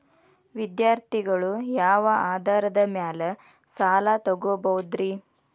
ವಿದ್ಯಾರ್ಥಿಗಳು ಯಾವ ಆಧಾರದ ಮ್ಯಾಲ ಸಾಲ ತಗೋಬೋದ್ರಿ?